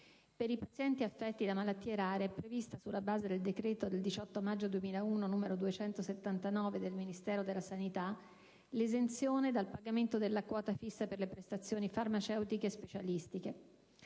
Per i pazienti affetti da malattie rare è prevista, sulla base del decreto del Ministero della sanità n. 279 del 18 maggio 2001, l'esenzione dal pagamento della quota fissa per le prestazioni farmaceutiche e specialistiche.